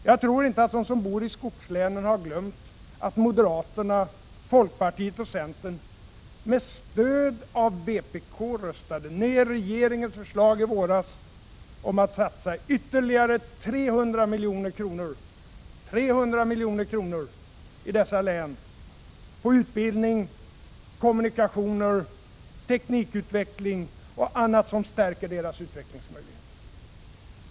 Jag tror inte att de som bor i skogslänen har glömt att moderaterna, folkpartiet och centern — med stöd av vpk röstade ner regeringens förslag i våras om att satsa ytterligare 300 milj.kr. i dessa län på utbildning, kommunikationer, teknikutveckling och annat som stärker deras utvecklingsmöjligheter.